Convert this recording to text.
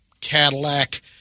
Cadillac